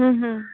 હં હં